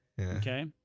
Okay